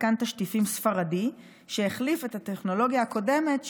מתקן תשטיפים ספרדי שהחליף את הטכנולוגיה הקודמת,